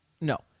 No